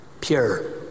pure